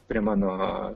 prie mano